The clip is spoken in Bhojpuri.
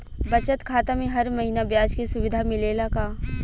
बचत खाता में हर महिना ब्याज के सुविधा मिलेला का?